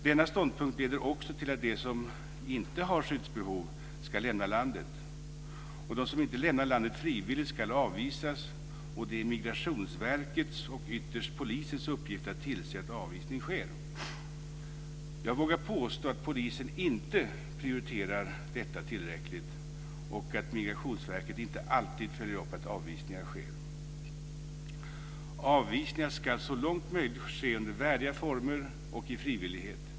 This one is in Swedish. Denna ståndpunkt leder också till att de som inte har skyddsbehov ska lämna landet. De som inte lämnar landet frivilligt ska avvisas, och det är Migrationsverkets och ytterst polisens uppgift att se till att avvisning sker. Jag vågar påstå att polisen inte prioriterar detta tillräckligt och att Migrationsverket inte alltid följer upp att avvisningar sker. Avvisningar ska så långt möjligt ske under värdiga former och i frivillighet.